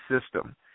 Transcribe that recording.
system